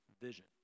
vision